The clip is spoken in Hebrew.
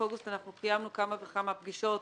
אוגוסט אנחנו קיימנו כמה וכמה פגישות,